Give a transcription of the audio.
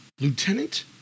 Lieutenant